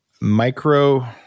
micro